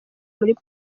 muri